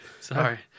Sorry